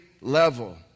level